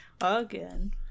again